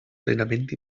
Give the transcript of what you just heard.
plenament